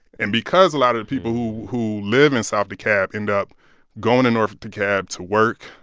and because a lot of the people who who live in south dekalb end up going to north dekalb to work,